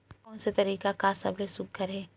कोन से तरीका का सबले सुघ्घर हे?